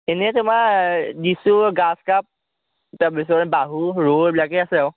এনেই তোমাৰ দিছোঁ গ্ৰাছকাৰ্প তাৰপিছত বাহু ৰৌ এইবিলাকেই আছে আৰু